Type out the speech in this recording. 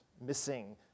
missing